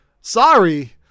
sorry